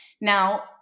now